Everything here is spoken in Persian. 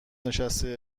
نشسته